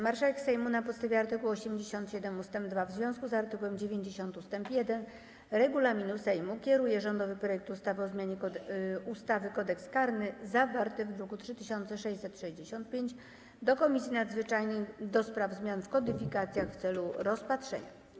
Marszałek Sejmu na podstawie art. 87 ust. 2 w związku z art. 90 ust. 1 regulaminu Sejmu kieruje rządowy projekt ustawy o zmianie ustawy Kodeks karny, zawarty w druku nr 3665, do Komisji Nadzwyczajnej do spraw zmian w kodyfikacjach w celu rozpatrzenia.